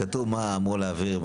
כתוב מה אמור להעביר.